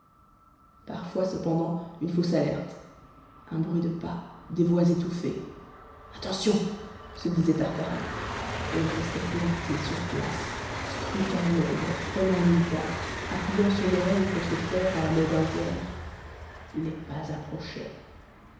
parfois cependant une fausse alerte un bruit de pas des voix étouffées attention se disait tartarin et il restait planté sur place scrutant i'ombre prenant le vent appuyant son oreille contre terre à la mode indienne les pas